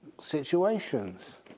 situations